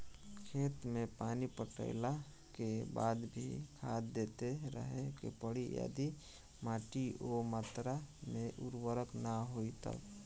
खेत मे पानी पटैला के बाद भी खाद देते रहे के पड़ी यदि माटी ओ मात्रा मे उर्वरक ना होई तब?